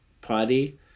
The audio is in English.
party